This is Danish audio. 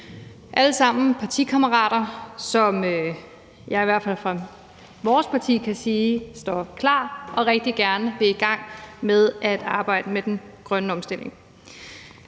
alle sammen partikammerater, som jeg i hvert fald for vores partis vedkommende kan sige står klar og rigtig gerne vil i gang med at arbejde med den grønne omstilling.